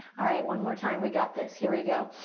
alright, one more time. we got this. here we go.